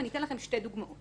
ואני אתן לכם שתי דוגמאות.